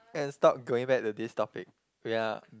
and stop going back to this topic we are